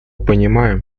понимаем